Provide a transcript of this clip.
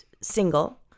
single